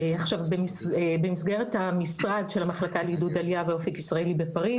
עכשיו במסגרת המשרד של המחלקה לעידוד עלייה ואופק ישראלי בפריז,